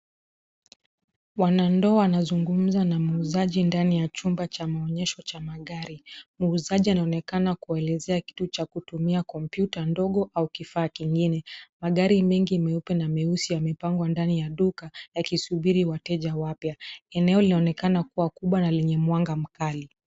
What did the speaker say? Wanandoa wanazungumza na muuzaji ndani ya chumba cha maonyesho cha magari. Muuzaji anaonekana kuelezea kitu cha kutumia kompyuta ndogo au kifaa kingine. Magari mengi meupe na meusi yamepangwa ndani ya duka yakisubiri wateja wapya. Eneo linaonekana kuwa kubwa na lenye mwanga mkali.